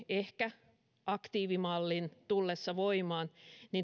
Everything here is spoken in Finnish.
ehkä tapahtui aktiivimallin tullessa voimaan